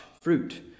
fruit